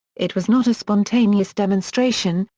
it was not a spontaneous demonstration,